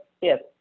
Yes